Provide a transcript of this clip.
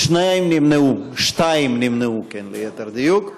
שניים נמנעו, שתיים נמנעו, ליתר דיוק.